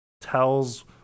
tells